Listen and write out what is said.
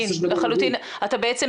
זה לא חופש גדול רגיל.